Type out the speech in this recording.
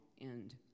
end